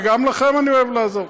וגם לכם אני אוהב לעזור,